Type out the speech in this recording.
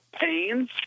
pains